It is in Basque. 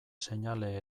seinale